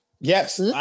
Yes